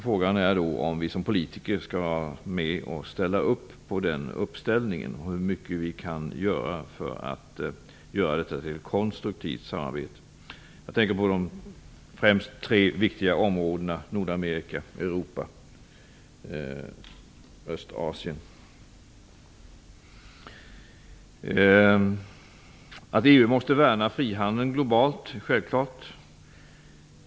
Frågan är om vi som politiker skall gå med på den uppställningen och hur mycket vi kan göra för att detta skall bli ett konstruktivt samarbete. Jag tänker främst på de tre viktiga områdena Det är självklart att EU måste värna den globala frihandeln.